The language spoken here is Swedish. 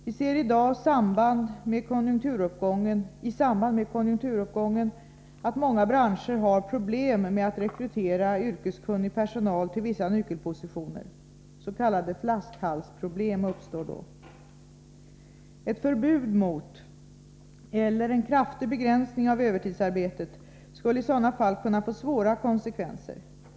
Vi ser i dag i samband med konjunkturuppgången att många branscher har problem med att rekrytera yrkeskunnig personal till vissa nyckelpositioner. S. k. flaskhalsproblem uppstår då. Ett förbud mot eller en kraftig begränsning av övertidsarbetet skulle i sådana fall kunna få svåra konsekvenser.